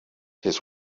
his